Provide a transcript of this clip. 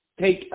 take